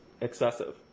Excessive